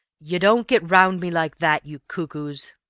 you don't get round me like that, you cuckoos!